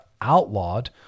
outlawed